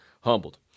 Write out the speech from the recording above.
humbled